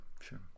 Sure